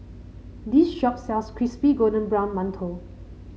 this shop sells Crispy Golden Brown Mantou